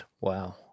Wow